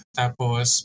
tapos